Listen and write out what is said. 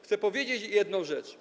Chcę powiedzieć jedną rzecz.